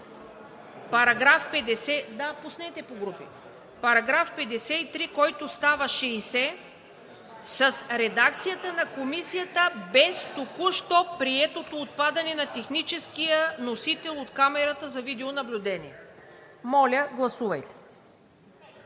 § 53, който става § 60, с редакцията на Комисията без току-що приетото отпадане на „техническия носител от камерата за видеонаблюдение“.